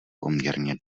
poměrně